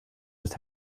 just